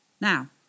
Now